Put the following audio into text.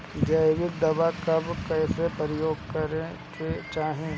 जैविक दवाई कब कैसे प्रयोग करे के चाही?